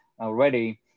already